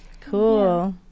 Cool